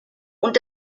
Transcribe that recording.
und